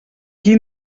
qui